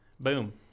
Boom